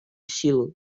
силу